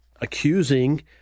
accusing